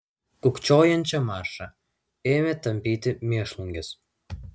kūkčiojančią maršą ėmė tampyti mėšlungis